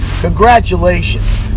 congratulations